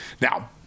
Now